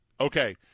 Okay